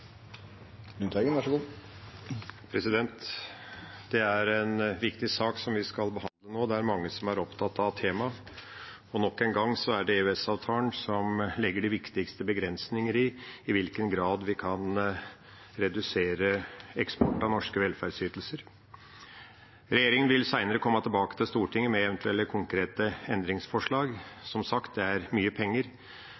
opptatt av temaet. Nok en gang er det EØS-avtalen som legger de viktigste begrensningene på i hvilken grad vi kan redusere eksporten av norske velferdsytelser. Regjeringa vil senere komme tilbake til Stortinget med eventuelle konkrete endringsforslag.